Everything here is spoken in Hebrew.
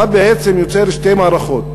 אתה בעצם יוצר שתי מערכות,